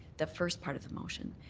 the first part of the motion,